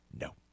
no